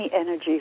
energy